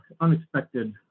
unexpected